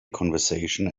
conversation